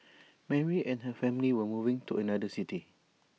Mary and her family were moving to another city